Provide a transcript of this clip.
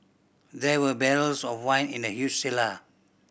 there were barrels of wine in the huge cellar